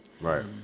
Right